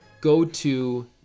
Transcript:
go-to